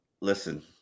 listen